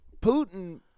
Putin